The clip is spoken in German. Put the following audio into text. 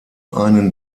einen